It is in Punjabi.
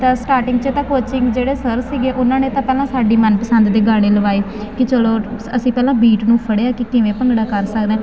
ਦ ਸਟਾਰਟਿੰਗ 'ਚ ਤਾਂ ਕੋਚਿੰਗ ਜਿਹੜੇ ਸਰ ਸੀਗੇ ਉਹਨਾਂ ਨੇ ਤਾਂ ਪਹਿਲਾਂ ਸਾਡੀ ਮਨ ਪਸੰਦ ਦੇ ਗਾਣੇ ਲਵਾਈ ਕਿ ਚਲੋ ਅਸੀਂ ਪਹਿਲਾਂ ਬੀਟ ਨੂੰ ਫੜਿਆ ਕਿ ਕਿਵੇਂ ਭੰਗੜਾ ਕਰ ਸਕਦਾ ਫਿਰ ਹੌਲੀ ਹੌਲੀ ਵਧੀਆ ਅਸੀਂ ਸਟੈਪ ਜੇ ਜਿਵੇਂ ਨੋਰਮਲ ਬੇਸਿਕ ਸਟੈਪਸ ਹੁੰਦੇ ਆ ਉਹ ਸਿੱਖ ਲਿਆ ਅਸੀਂ ਫਿਰ ਹੌਲੀ ਹੌਲੀ